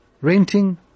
renting